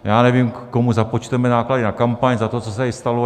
Já nevím, komu započteme náklady na kampaň za to, co se tady stalo.